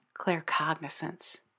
claircognizance